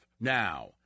now